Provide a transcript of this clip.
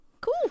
cool